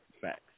Facts